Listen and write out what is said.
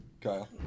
Kyle